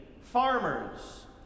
farmers